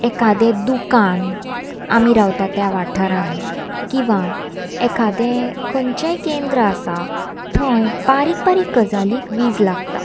एखादें दुकान आमी रावता त्या वाठारान किंवां एखादें खंयचेंय केंद्र आसा थंय बारीक बारीक गजालीक वीज लागता